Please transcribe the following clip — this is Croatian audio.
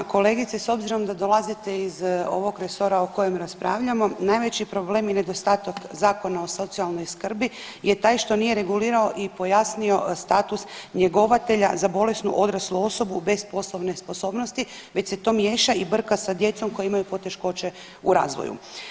Uvažena kolegice s obzirom da dolaze iz ovog resora o kojem raspravljamo najveći problem i nedostatak Zakona o socijalnoj skrbi je taj što nije regulirao i pojasnio status njegovatelja za bolesnu odraslu osobu bez poslovne sposobnosti već se to miješa i brka s djecom koja imaju poteškoće u razvoju.